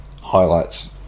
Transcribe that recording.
highlights